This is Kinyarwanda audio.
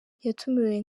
yatumiwe